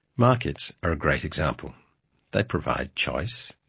markets are a great example they provide choice,